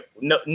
No